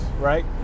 right